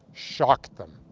shocked them.